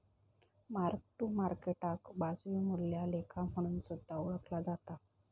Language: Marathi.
मार्क टू मार्केटाक वाजवी मूल्या लेखा म्हणून सुद्धा ओळखला जाता